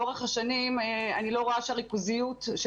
לאורך השנים אני לא רואה שהריכוזיות של